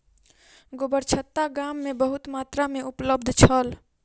गोबरछत्ता गाम में बहुत मात्रा में उपलब्ध छल